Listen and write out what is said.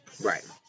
Right